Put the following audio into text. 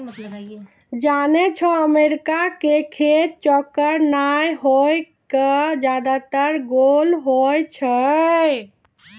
जानै छौ अमेरिका के खेत चौकोर नाय होय कॅ ज्यादातर गोल होय छै